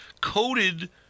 Coated